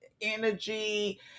energy